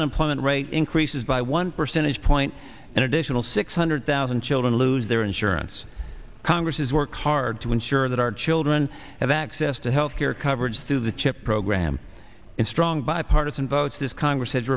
unemployment rate increases by one percentage point an additional six hundred thousand children lose their insurance congress has worked hard to ensure that our children have access to health care coverage through the chip program in strong bipartisan votes this congress has